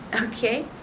okay